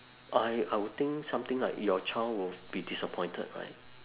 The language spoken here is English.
I I would think something like your child will be disappointed right